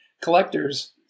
collectors